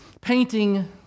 painting